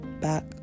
back